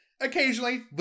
Occasionally